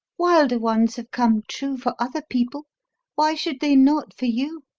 wilder ones have come true for other people why should they not for you?